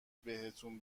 بهتون